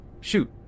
shoot